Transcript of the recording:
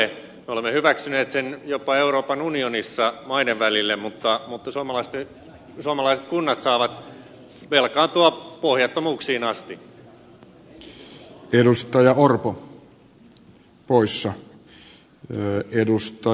me olemme hyväksyneet sen jopa euroopan unionissa maiden välille mutta suomalaiset kunnat saavat velkaantua pohjattomuuksiin asti